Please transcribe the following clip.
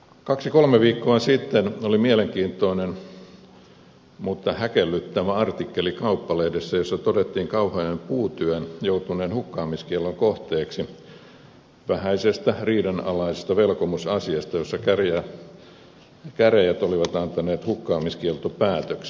kaksi kolme viikkoa sitten oli mielenkiintoinen mutta häkellyttävä artikkeli kauppalehdessä jossa todettiin ojakorven puutyön joutuneen hukkaamiskiellon kohteeksi vähäisestä riidanalaisesta velkomusasiasta jossa käräjät olivat antaneet hukkaamiskieltopäätöksen